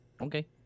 Okay